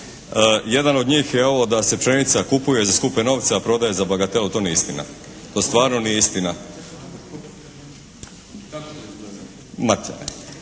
Jedan od njih je ovo da se pšenica kupuje za skupe novce a prodaje za bagatelu to nije istina, to stvarno nije istina.